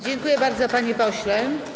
Dziękuję bardzo, panie pośle.